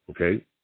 Okay